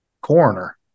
coroner